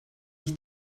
ich